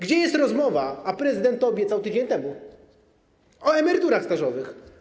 Gdzie jest rozmowa, a prezydent to obiecał tydzień temu, o emeryturach stażowych?